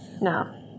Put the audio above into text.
No